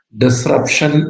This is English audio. disruption